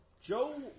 Joe